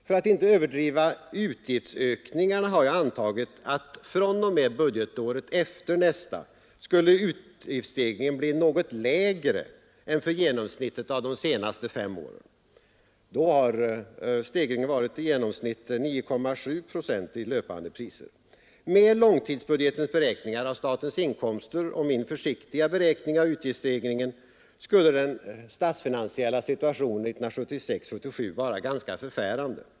För att inte överdriva utgiftsökningarna har jag antagit att fr.o.m. budgetåret efter nästa skulle utgiftsstegringen bli något lägre än för genomsnittet av de senaste fem åren. Då har stegringen varit i genomsnitt 9,7 procent i löpande priser. Med långtidsbudgetens beräkningar av statens inkomster och med min försiktiga beräkning av utgiftsstegringen skulle den statsfinansiella situationen 1976/77 vara ganska förfärande.